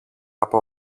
από